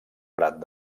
prat